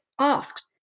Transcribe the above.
asked